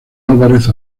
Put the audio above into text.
álvarez